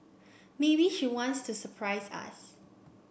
maybe she wants to surprise us